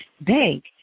Bank